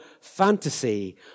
fantasy